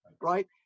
right